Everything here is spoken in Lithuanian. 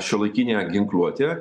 šiuolaikinė ginkluotė